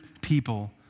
people